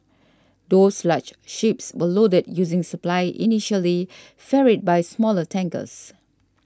those large ships were loaded using supply initially ferried by smaller tankers